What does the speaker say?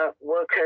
workers